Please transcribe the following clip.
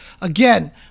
again